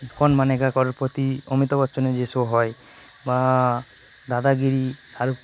কৌন বনেগা ক্রোরপতি অমিতাভ বচ্চনের যে শো হয় বা দাদাগিরি শাহরুখ